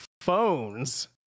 phones